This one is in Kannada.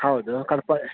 ಹೌದು ಕಡ್ಪಾ